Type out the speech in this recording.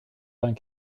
vingt